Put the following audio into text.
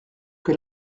que